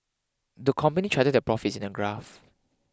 the company charted their profits in a graph